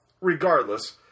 regardless